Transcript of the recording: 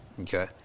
Okay